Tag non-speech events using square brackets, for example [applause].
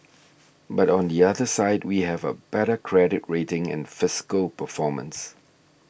[noise] but on the other side we have a better credit rating and fiscal performance